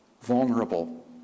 vulnerable